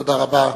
תודה רבה.